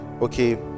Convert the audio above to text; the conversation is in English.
okay